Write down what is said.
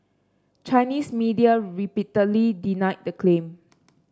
Chinese media repeatedly denied the claim